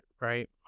right